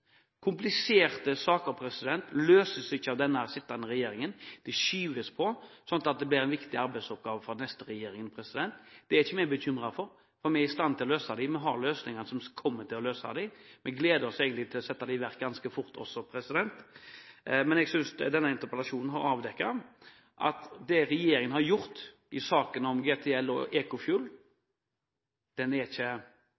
Kompliserte saker løses ikke av den sittende regjeringen, de skyves på, slik at det blir viktige arbeidsoppgaver for den neste regjeringen. Det er ikke vi bekymret for, for vi er i stand til å løse dem. Vi har løsninger for dem. Vi gleder oss egentlig også til å sette dette i verk ganske fort. Men jeg synes denne interpellasjonen har avdekket at det regjeringen har gjort i saken om GTL og